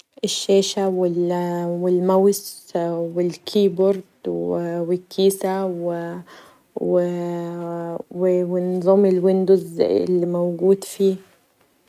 الشاشه و الماوسو الكيبورد و الكيسه و نظام الويندوز اللي موجود فيه.